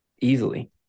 easily